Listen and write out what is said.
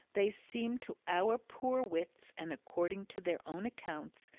they seemed to our poor wits, and according to their own accounts,